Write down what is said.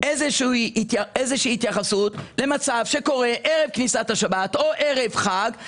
זה איזושהי התייחסות למצב שקורה ערב כניסת השבת או בערב חג,